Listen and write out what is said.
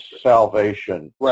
salvation